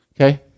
Okay